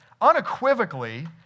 unequivocally